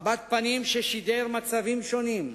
מבט פנים ששידר מצבים שונים,